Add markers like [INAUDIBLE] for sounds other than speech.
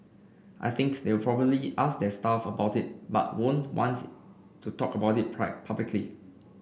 I think they'll probably ask their staff about it but won't want to talk about it [UNINTELLIGIBLE] publicly